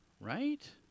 right